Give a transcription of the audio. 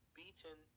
beaten